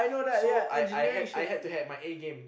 so I I had I had to had my A game